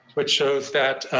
which shows that